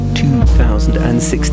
2016